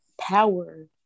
power